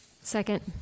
Second